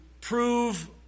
prove